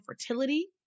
fertility